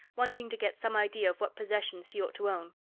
wanting to get some idea of what possessions he ought to own.